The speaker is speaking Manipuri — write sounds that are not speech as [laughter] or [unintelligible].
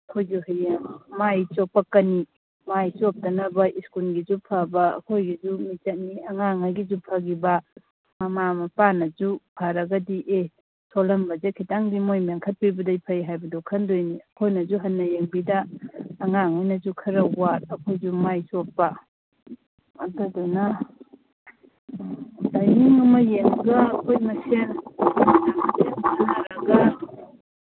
ꯑꯩꯈꯣꯏꯁꯨ ꯍꯌꯦꯡ ꯃꯥꯏ ꯆꯣꯞꯄꯛꯀꯅꯤ ꯃꯥꯏ ꯆꯣꯞꯇꯅꯕ ꯁ꯭ꯀꯨꯜꯒꯤꯁꯨ ꯐꯕ ꯑꯩꯈꯣꯏꯒꯤꯁꯨ ꯃꯤꯡꯆꯠꯅꯤ ꯑꯉꯥꯡꯉꯩꯒꯤꯁꯨ ꯐꯈꯤꯕ ꯃꯃꯥ ꯃꯄꯥꯅꯁꯨ ꯐꯔꯒꯗꯤ ꯑꯦ ꯁꯣꯜꯂꯝꯕꯁꯦ ꯈꯤꯇꯪꯗꯤ ꯃꯣꯏ ꯃꯦꯟꯈꯠꯄꯤꯕꯗꯩ ꯐꯩ ꯍꯥꯏꯕꯗꯣ ꯈꯟꯗꯣꯏꯅꯤ ꯑꯩꯈꯣꯏꯅꯁꯨ ꯍꯟꯅ ꯌꯦꯡꯕꯤꯗ ꯑꯉꯥꯡꯉꯩꯅꯁꯨ ꯈꯔ ꯋꯥꯠ ꯑꯩꯈꯣꯏꯁꯨ ꯃꯥꯏ ꯆꯣꯞꯄ ꯑꯗꯨꯗꯨꯅ ꯇꯥꯏꯃꯤꯡ ꯑꯃ ꯌꯦꯡꯉꯒ ꯑꯩꯈꯣꯏ ꯃꯁꯦꯟ [unintelligible]